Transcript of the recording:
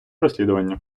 розслідування